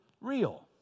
real